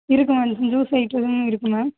இருக்குது ma'am juice ஐட்டமும் இருக்குது மேம்